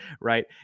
right